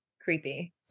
creepy